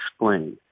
explain